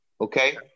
okay